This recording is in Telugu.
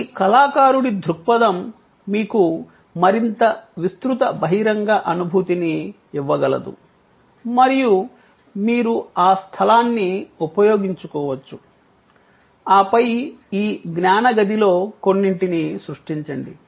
ఈ కళాకారుడి దృక్పథం మీకు మరింత విస్తృత బహిరంగ అనుభూతిని ఇవ్వగలదు మరియు మీరు ఆ స్థలాన్ని ఉపయోగించుకోవచ్చు ఆపై ఈ జ్ఞాన గదిలో కొన్నింటిని సృష్టించండి